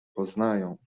poznają